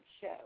show